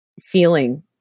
feeling